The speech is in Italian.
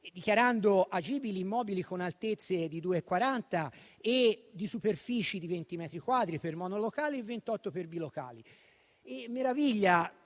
dichiarando agibili immobili con altezze di 2,4 metri e di superfici di 20 metri quadri per monolocali e 28 per bilocali. Mi ha